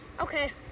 Okay